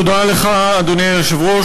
אדוני היושב-ראש,